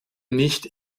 nicht